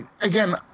again